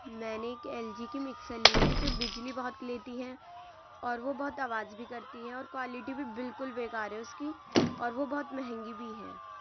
میں نے ایک ایل جی کی مکسر لی ہے جو بجلی بہت لیتی ہے اور وہ بہت آواز بھی کرتی ہے اور کوالٹی بھی بالکل بیکار ہے اس کی اور وہ بہت مہنگی بھی ہے